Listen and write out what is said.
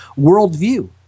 worldview